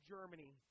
Germany